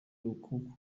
uku